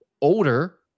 older